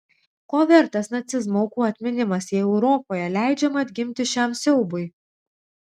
ko vertas nacizmo aukų atminimas jei europoje leidžiama atgimti šiam siaubui